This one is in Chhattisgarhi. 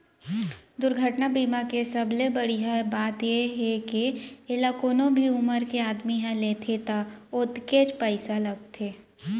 दुरघटना बीमा के सबले बड़िहा बात ए हे के एला कोनो भी उमर के आदमी ह लेथे त ओतकेच पइसा लागथे